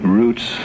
roots